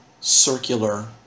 circular